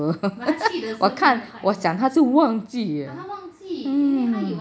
我看我想他是忘记 um